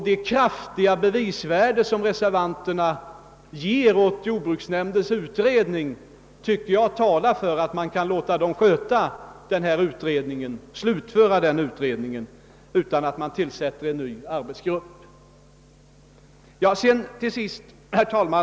Det kraftiga bevisvärde som reservanterna ger jordbruksnämndens utredning tycker jag talar för att man kan låta den slutföra sitt arbete innan någon ny arbetsgrupp tillsättes. Herr talman!